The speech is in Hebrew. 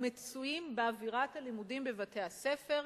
מצויים באווירת הלימודים בבתי-הספר,